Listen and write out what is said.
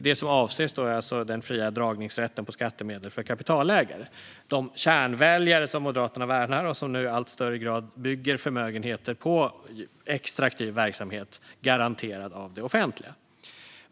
Det som avses är alltså den fria avdragsrätten på skattemedel för kapitalägare. De kärnväljare som Moderaterna värnar bygger i allt högre grad förmögenheter på extraktiv verksamhet som är garanterad av det offentliga.